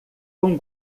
com